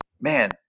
man